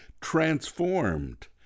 transformed